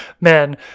man